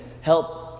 help